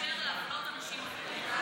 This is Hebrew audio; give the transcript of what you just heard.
פלורליזם לא מאפשר להפלות אנשים אחרים.